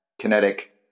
kinetic